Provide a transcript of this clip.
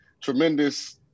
tremendous